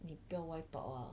你不要 wipe out lah